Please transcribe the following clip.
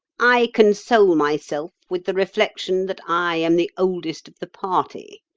i console myself with the reflection that i am the oldest of the party.